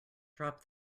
drop